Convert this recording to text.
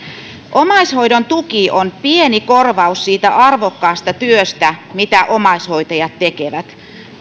omaishoidon tuki on pieni korvaus siitä arvokkaasta työstä mitä omaishoitajat tekevät